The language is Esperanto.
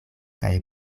kaj